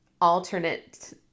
alternate